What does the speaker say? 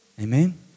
Amen